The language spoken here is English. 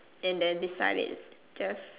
and then beside it just